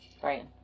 Brian